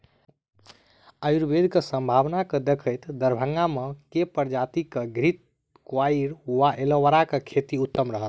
आयुर्वेद केँ सम्भावना केँ देखैत दरभंगा मे केँ प्रजाति केँ घृतक्वाइर वा एलोवेरा केँ खेती उत्तम रहत?